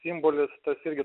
simbolis irgi